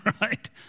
right